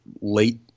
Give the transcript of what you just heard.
late